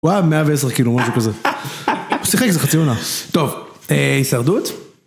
וואה, 110, כאילו, משהו כזה. שיחק איזה חציונה. טוב, אה.. הישרדות?